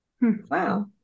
Wow